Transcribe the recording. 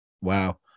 Wow